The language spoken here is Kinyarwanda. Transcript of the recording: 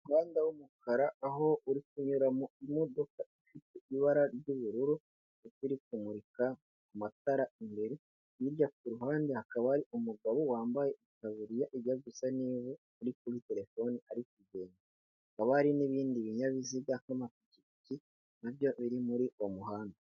Umuhanda w'umukara aho uri kunyuramo imodoka ifite ibara ry'ubururu iri kumurika amatara imbere, hirya ku ruhande hakaba hari umugabo wambaye itaburiya ijya gusa n'ivu uri kuri telefone ari kugenda, hakaba hari n'ibindi binyabiziga nk'amapikipiki na byo biri muri uwo muhanda.